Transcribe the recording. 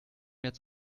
jetzt